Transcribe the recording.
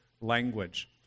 language